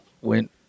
went